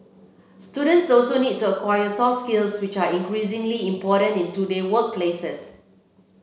students also need to acquire soft skills which are increasingly important in today workplaces